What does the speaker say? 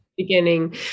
beginning